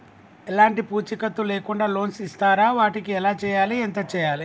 ఎలాంటి పూచీకత్తు లేకుండా లోన్స్ ఇస్తారా వాటికి ఎలా చేయాలి ఎంత చేయాలి?